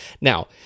Now